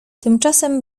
tymczasem